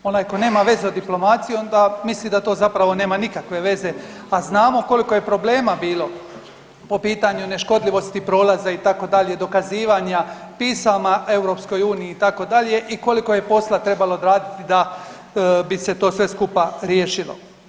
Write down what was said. Onaj tko nema veze o diplomaciji onda misli da to zapravo nema nikakve veze, a znamo koliko je problema bilo po pitanju neškodljivosti prolaza itd., dokazivanja, pisama EU itd. i koliko je posla trebalo odraditi da bi se to sve skupa riješilo.